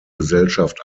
gesellschaft